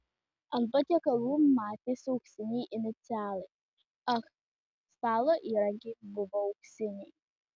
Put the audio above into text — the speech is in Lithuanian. ant patiekalų matėsi auksiniai inicialai ah stalo įrankiai buvo auksiniai